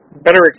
better